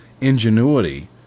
ingenuity